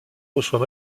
reçoit